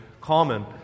common